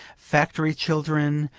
factory children,